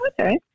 okay